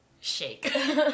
shake